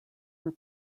were